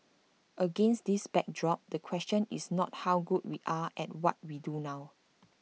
against this backdrop the question is not how good we are at what we do now